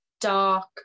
dark